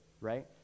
right